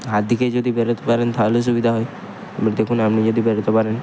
হাত দেখিয়ে যদি বেরোতে পারেন তাহলে সুবিদা হয় এবার দেখুন আপনি যদি বেরোতে পারেন